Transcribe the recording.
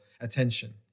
attention